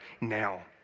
now